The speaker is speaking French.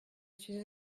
suis